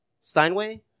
Steinway